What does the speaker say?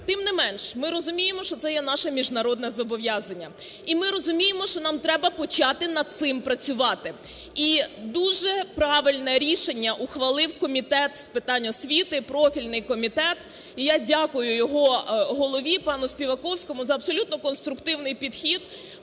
Тим не менш, ми розуміємо, що це є наше міжнародне зобов'язання і ми розуміємо, що нам треба почати над цим працювати. І дуже правильне рішення ухвалив Комітет з питань освіти, профільний комітет і я дякую його голові пану Співаковському за абсолютно конструктивний підхід,